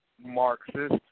Marxist